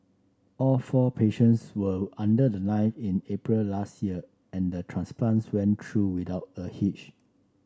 all four patients will under the knife in April last year and transplants went through without a hitch